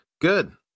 good